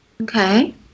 Okay